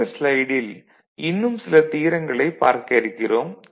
அடுத்த ஸ்லைடில் இன்னும் சில தியரங்களைப் பார்க்க இருக்கிறோம்